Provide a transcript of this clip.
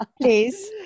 please